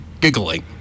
giggling